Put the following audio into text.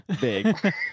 big